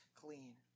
clean